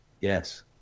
yes